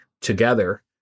together